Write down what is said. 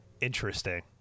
interesting